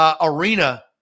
arena